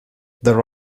there